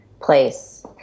place